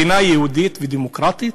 מדינה יהודית ודמוקרטית?